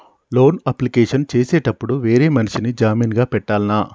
Loan application చేసేటప్పుడు వేరే మనిషిని జామీన్ గా పెట్టాల్నా?